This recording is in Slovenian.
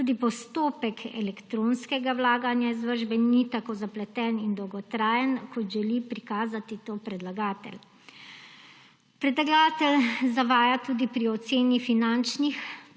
Tudi postopek elektronskega vlaganja izvršbe ni tako zapleten in dolgotrajen, kot to želi prikazati predlagatelj. Predlagatelj zavaja tudi pri oceni finančnih